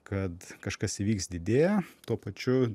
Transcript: kad kažkas įvyks didėja tuo pačiu